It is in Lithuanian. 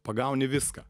pagauni viską